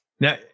Now